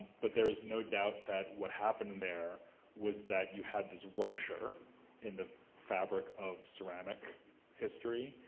but there's no doubt that what happened there was that you had this rupture in the fabric of ceramic history